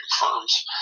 firms